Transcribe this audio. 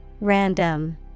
Random